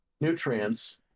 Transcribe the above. nutrients